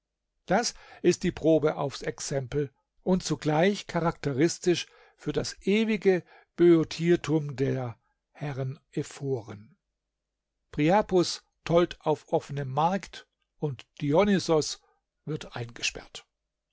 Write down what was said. das ist die probe aufs exempel und zugleich charakteristisch für das ewige böotiertum der herren ephoren priapus tollt auf offenem markt und dionysos wird eingesperrt